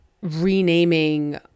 renaming